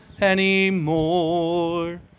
anymore